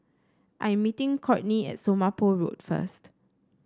I am meeting Cortney at Somapah Road first